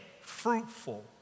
fruitful